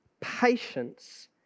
patience